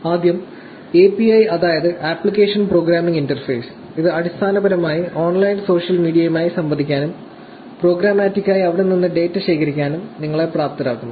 ആദ്യം API അതായത് application programming interface ഇത് അടിസ്ഥാനപരമായി ഓൺലൈൻ സോഷ്യൽ മീഡിയയുമായി സംവദിക്കാനും പ്രോഗ്രമാറ്റിക്കായി അവിടെ നിന്ന് ഡാറ്റ ശേഖരിക്കാനും നിങ്ങളെ പ്രാപ്തരാക്കുന്നു